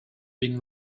been